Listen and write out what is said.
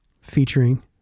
featuring